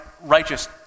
righteous